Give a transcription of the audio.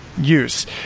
use